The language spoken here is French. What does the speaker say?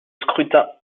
scrutin